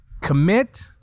commit